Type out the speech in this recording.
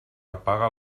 apaga